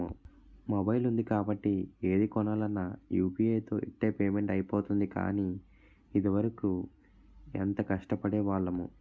mobile ఉంది కాబట్టి ఏది కొనాలన్నా యూ.పి.ఐ తో ఇట్టే పేమెంట్ అయిపోతోంది కానీ, ఇదివరకు ఎంత కష్టపడేవాళ్లమో